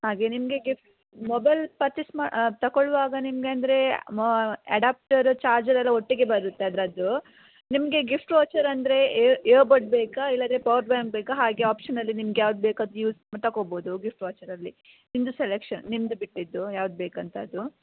ಹಾಗೇ ನಿಮಗೆ gift mobile purchase ಮಾಡಿ ತಗೊಳ್ವಾಗ ನಿಮ್ಗೆ ಅಂದರೆ ಮಾ ಎಡಾಪ್ಟರು ಚಾರ್ಜರೆಲ್ಲ ಒಟ್ಟಿಗೆ ಬರುತ್ತೆ ಅದರದ್ದು ನಿಮಗೆ ಗಿಫ್ಟ್ ವೋಚರಂದರೆ ಏರ್ ಇಯರ್ಬಡ್ ಬೇಕಾ ಇಲ್ಲದ್ರೆ ಪವರ್ಬ್ಯಾಂಕ್ ಬೇಕಾ ಹಾಗೇ ಆಪ್ಷನಲ್ಲಿ ನಿಮ್ಗೆ ಯಾವ್ದು ಬೇಕು ಅದು ಯೂಸ್ ತಗೊಬೋದು ಗಿಫ್ಟ್ ವಾಚರಲ್ಲಿ ನಿಮ್ಮದು ಸೆಲೆಕ್ಷನ್ ನಿಮ್ಮದು ಬಿಟ್ಟಿದ್ದು ಯಾವ್ದು ಬೇಕಂತ ಅದು